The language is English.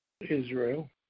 Israel